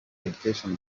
education